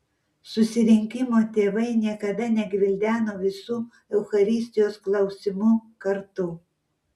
susirinkimo tėvai niekada negvildeno visų eucharistijos klausimų kartu